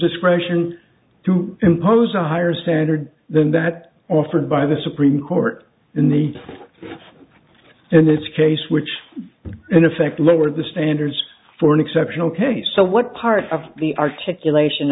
discretion to impose a higher standard than that offered by the supreme court in the in this case which in effect lowered the standards for an exceptional case so what part of the articulation